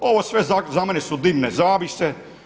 Ovo sve za mene su dimne zavjese.